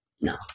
no